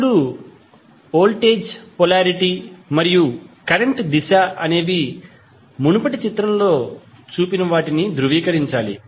ఇప్పుడు voltage polarity మరియు current దిశ అనేవి మునుపటి చిత్రంలో చూపిన వాటికి ధృవీకరించాలి